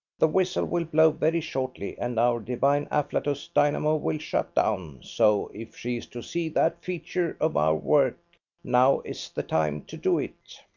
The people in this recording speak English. the whistle will blow very shortly and our divine afflatus dynamo will shut down, so if she is to see that feature of our work now is the time to do it.